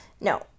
No